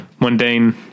mundane